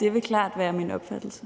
Den fg.